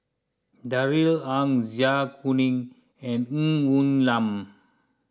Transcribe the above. Darrell Ang Zai Kuning and Ng Woon Lam